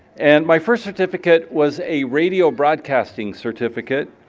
and my first certificate was a radio broadcasting certificate,